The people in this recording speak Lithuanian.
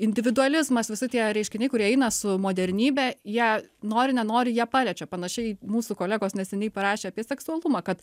individualizmas visi tie reiškiniai kurie eina su modernybe jie nori nenori jie paliečia panašiai mūsų kolegos neseniai parašė apie seksualumą kad